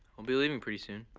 i'll be leaving pretty soon.